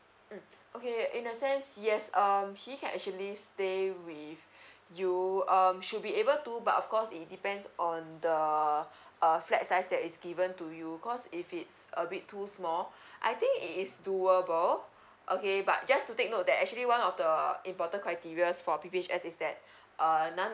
mm okay in a sense yes um he can actually stay with you um should be able to but of course it depends on the uh flat size that is given to you cause if it's a bit too small I think it is doable okay but just to take note that actually one of the important criterias for P P H S is that err none